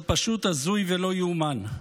זה פשוט הזוי ולא ייאמן.